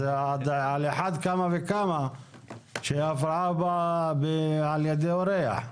אז על אחת כמה וכמה שההפרעה באה על ידי אורח.